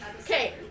Okay